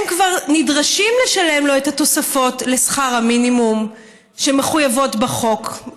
הם כבר נדרשים לשלם לו את התוספות לשכר המינימום שמחויבות בחוק,